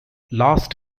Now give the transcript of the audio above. last